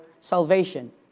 salvation